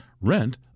Rent